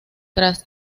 tras